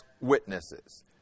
witnesses